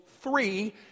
three